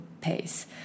pace